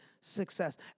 success